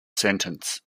sentence